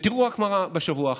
ותראו מה קרה רק בשבוע האחרון.